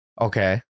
Okay